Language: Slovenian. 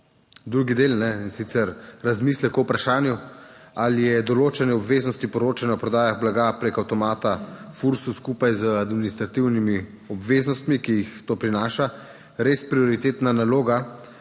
drugi del in sicer razmislek o vprašanju: Ali je določanje obveznosti poročanja o prodajah blaga preko avtomata FURSU skupaj z administrativnimi obveznostmi, ki jih to prinaša, res prioritetna naloga